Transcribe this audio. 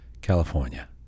California